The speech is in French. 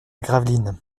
gravelines